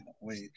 wait